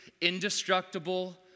indestructible